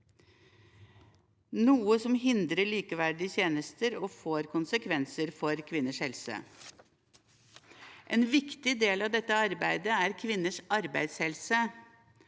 noe som hindrer likeverdige tjenester og får konsekvenser for kvinners helse. En viktig del av dette arbeidet er kvinners arbeidshelse.